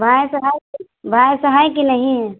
भैंस है कि भैंस हैं कि नहीं